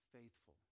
faithful